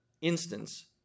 instance